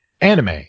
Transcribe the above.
anime